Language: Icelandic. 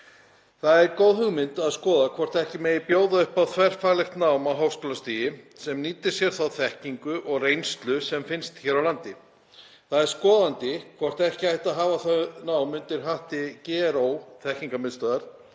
Það er góð hugmynd að skoða hvort ekki megi bjóða upp á þverfaglegt nám á háskólastigi sem nýtir sér þá þekkingu og reynslu sem finnst hér á landi. Það er skoðandi hvort ekki ætti að hafa það nám undir hatti GRÓ, ekki tengt mér